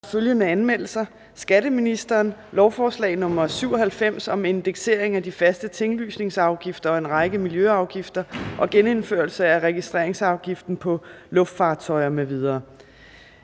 af bekæmpelsesmidler og forskellige andre love. (Indeksering af de faste tinglysningsafgifter og en række miljøafgifter og genindførelse af registreringsafgiften på luftfartøjer m.v.).